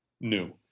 new